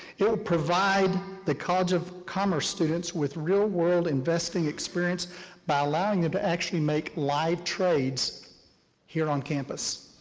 he'll provide the cards of commerce students with real world investing experience by allowing them to actually make live trades here on campus.